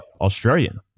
Australian